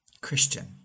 Christian